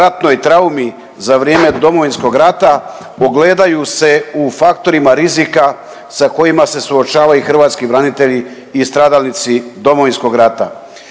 hrvatskim braniteljima i stradalnicima Domovinskog rata